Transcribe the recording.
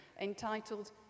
entitled